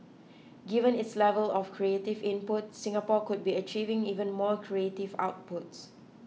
given its level of creative input Singapore could be achieving even more creative outputs